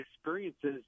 experiences